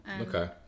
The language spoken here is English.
Okay